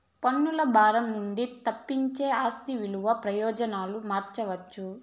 పన్నుల భారం నుండి తప్పించేకి ఆస్తి విలువ ప్రయోజనాలు మార్చవచ్చు